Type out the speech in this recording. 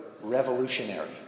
revolutionary